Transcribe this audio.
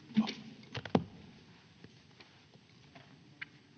Kiitos,